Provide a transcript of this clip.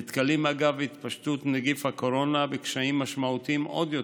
נתקלים אגב התפשטות נגיף הקורונה בקשיים משמעותיים עוד יותר,